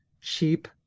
cheap